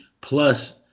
plus